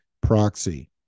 proxy